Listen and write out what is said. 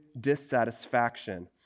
dissatisfaction